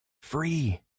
Free